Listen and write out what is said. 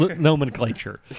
nomenclature